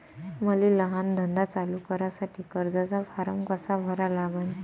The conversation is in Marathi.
मले लहान धंदा चालू करासाठी कर्जाचा फारम कसा भरा लागन?